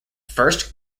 first